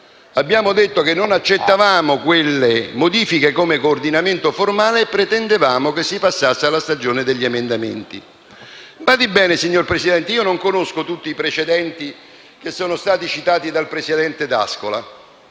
abbiamo detto che non accettavamo quelle modifiche come coordinamento formale e pretendevamo che si passasse alla stagione degli emendamenti. Signor Presidente, non conosco tutti i precedenti che sono stati citati dal presidente D'Ascola.